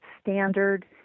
standard